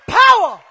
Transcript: power